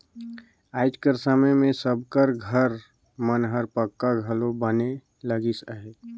आएज कर समे मे सब कर घर मन हर पक्का घलो बने लगिस अहे